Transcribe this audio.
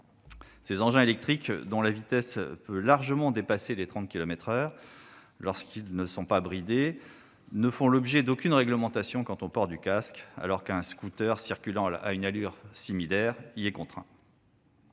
Ces engins électriques, dont la vitesse peut largement dépasser les 30 kilomètres par heure lorsqu'ils ne sont pas bridés, ne font l'objet d'aucune réglementation quant au port du casque, alors qu'un scooter circulant à une allure similaire y est contraint.